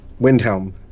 Windhelm